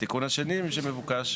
התיקון השני שמבוקש,